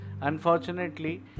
Unfortunately